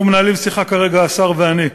אנחנו מנהלים שיחה כרגע, השר ואני,